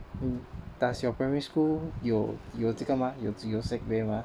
mm does your primary school 有有这个吗有只有 sick bay 吗